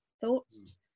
thoughts